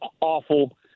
awful